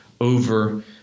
over